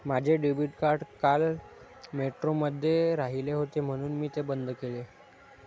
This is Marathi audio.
माझे डेबिट कार्ड काल मेट्रोमध्ये राहिले होते म्हणून मी ते बंद केले